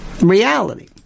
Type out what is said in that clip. reality